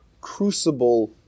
crucible